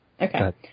Okay